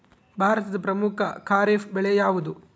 ಭಾರತದ ಪ್ರಮುಖ ಖಾರೇಫ್ ಬೆಳೆ ಯಾವುದು?